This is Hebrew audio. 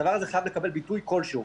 הדבר הזה חייב לקבל ביטוי כלשהו.